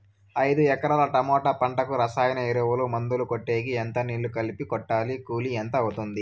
ఐదు ఎకరాల టమోటా పంటకు రసాయన ఎరువుల, మందులు కొట్టేకి ఎంత నీళ్లు కలిపి కొట్టాలి? కూలీ ఎంత అవుతుంది?